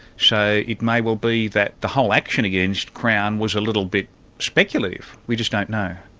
so it may well be that the whole action against crown was a little bit speculative we just don't know.